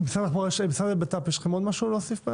משרד הבט"פ, יש לכם משהו להוסיף?